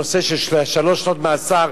הנושא של שלוש שנות מאסר,